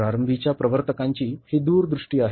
प्रारंभीच्या प्रवर्तकांची ही दूरदृष्टी आहे